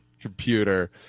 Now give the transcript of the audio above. computer